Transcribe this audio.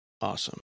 awesome